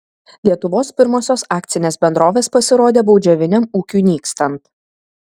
lietuvos pirmosios akcinės bendrovės pasirodė baudžiaviniam ūkiui nykstant